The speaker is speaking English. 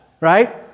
right